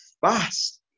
fast